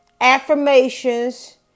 Affirmations